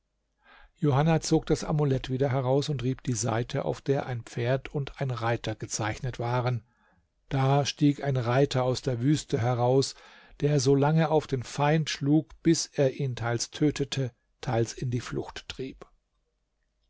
johanna zog das amulett wieder heraus und rieb die seite auf der ein pferd und ein reiter gezeichnet waren da stieg ein reiter aus der wüste heraus der solange auf den feind schlug bis er ihn teils tötete teils in die flucht trieb